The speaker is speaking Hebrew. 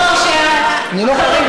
לא, אני לא חתמתי.